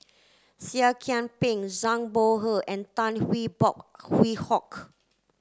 Seah Kian Peng Zhang Bohe and Tan Hwee Hock